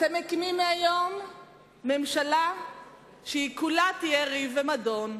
אתם מקימים מהיום ממשלה שהיא כולה תהיה ריב ומדון.